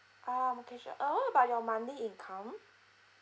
um okay sure uh what about your monthly income